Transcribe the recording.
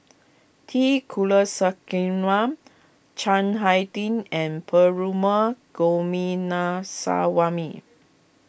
T Kulasekaram Chiang Hai Ding and Perumal Gominaswamy